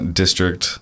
district